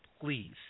please